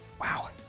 Wow